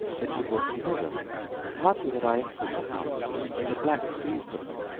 then she brought me hither and hardly had i entered the house when the black seized on me,